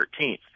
13th